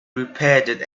repaired